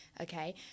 okay